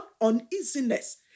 uneasiness